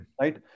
Right